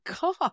God